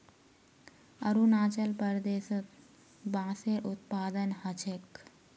अरुणाचल प्रदेशत बांसेर उत्पादन ह छेक